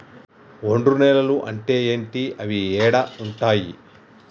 ఒండ్రు నేలలు అంటే ఏంటి? అవి ఏడ ఉంటాయి?